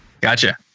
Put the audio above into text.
Gotcha